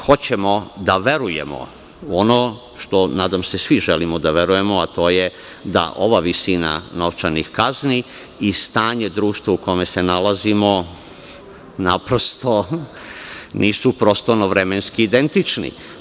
Hoćemo da verujemo u ono što, nadam se, svi želimo da verujemo, a to je da ova visina novčanih kazni i stanje društva u kome se nalazimo, naprosto, nisu prostorno vremenski identični.